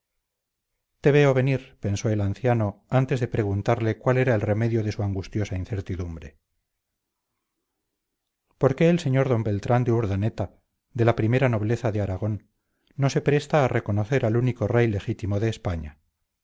te veo venir pensó el anciano antes de preguntarle cuál era el remedio de su angustiosa incertidumbre por qué el sr d beltrán de urdaneta de la primera nobleza de aragón no se presta a reconocer al único rey legítimo de españa